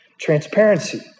transparency